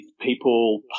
people